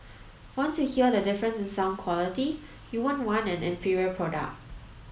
once you hear the difference in sound quality you won't want an inferior product